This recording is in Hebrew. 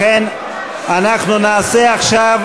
לכן אנחנו נעשה עכשיו,